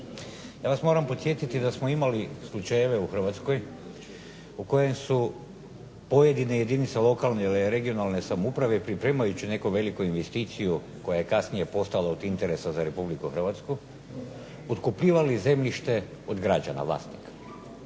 Ja vas moram podsjetiti da smo imali slučajeve u Hrvatskoj u kojem su pojedine jedinice lokalne ili regionalne samouprave pripremajući neku veliku investiciju koja je kasnije postala od interesa za Republiku Hrvatsku, otkupljivali zemljište od građana vlasnika